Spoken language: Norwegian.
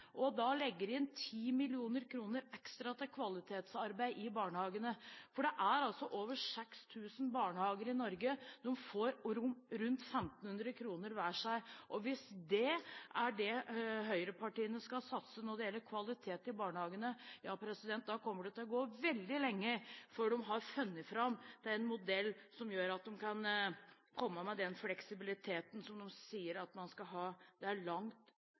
legger man inn 10 mill. kr ekstra til kvalitetsarbeid i barnehagene, for det er over 6 000 barnehager i Norge, og de får da rundt 1 500 kr hver. Og hvis dét er det høyrepartiene skal satse når det gjelder kvalitet i barnehagene, ja, da kommer det til å gå veldig lang tid før de har funnet fram til en modell som gjør at de kan få den fleksibiliteten de sier at man skal ha. Det er langt